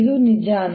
ಇದು ನಿಜಾನಾ